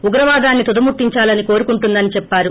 ఉగ్రవాదాన్ని తుద ముట్టించార్ని కోరుకుంటోందని చెప్పారు